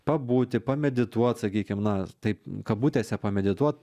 pabūti pamedituot sakykim na taip kabutėse pamedituot